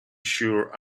sure